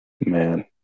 man